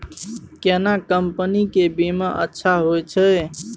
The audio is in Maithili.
केना कंपनी के बीमा अच्छा होय छै?